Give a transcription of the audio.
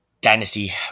dynasty